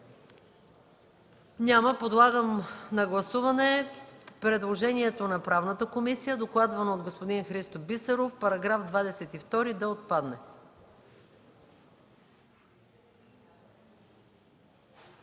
Няма. Подлагам на гласуване предложението на Правната комисия, докладвано от господин Христо Бисеров –§ 22 да отпадне.